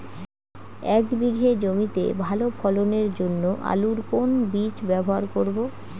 এক বিঘে জমিতে ভালো ফলনের জন্য আলুর কোন বীজ ব্যবহার করব?